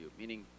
Meaning